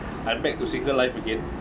I back to single life again